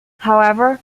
however